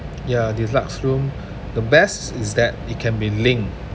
ya deluxe room the best is that it can be linked